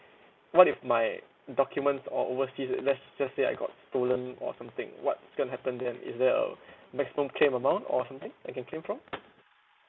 what if my documents or overseas let's just say I got stolen or something what's going to happen then is there a maximum claim amount or something I can claim from